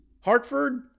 Hartford